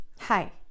Hi